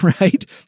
right